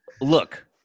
look